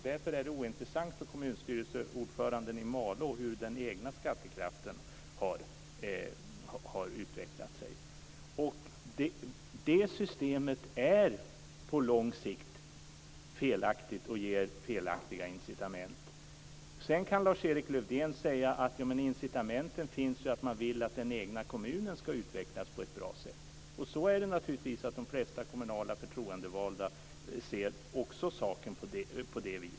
Därför är det ointressant för kommunstyrelseordföranden i Malå hur den egna skattekraften har utvecklats. Det systemet är på lång sikt felaktigt och ger felaktiga incitament. Sedan kan Lars-Erik Lövdén säga att incitamentet är att den egna kommunen ska utvecklas på ett bra sätt. Så ser de flesta kommunalt förtroendevalda naturligtvis också saken.